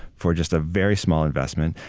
for just a very small investment.